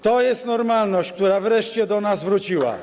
To jest normalność, która wreszcie do nas wróciła.